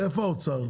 נמצא פה נציג האוצר?